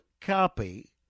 copy